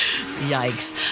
Yikes